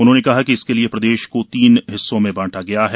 उन्होंने बताया कि इसके लिए प्रदेश को तीन हिस्सों में बाँटा गया है